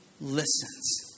listens